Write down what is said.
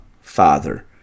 Father